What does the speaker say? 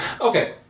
Okay